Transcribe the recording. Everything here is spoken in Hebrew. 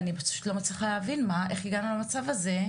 ואני פשוט לא מצליחה להבין איך הגענו למצב הזה,